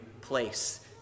place